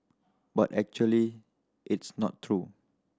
but actually it's not true